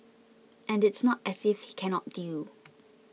and it's not as if he cannot deal